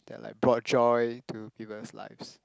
like brought joy to people's lives